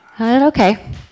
okay